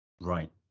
right